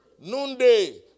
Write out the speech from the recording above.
noonday